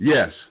Yes